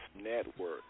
network